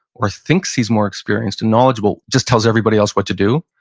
or thinks he's more experienced and knowledgeable just tells everybody else what to do.